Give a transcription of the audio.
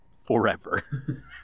forever